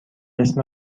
اسم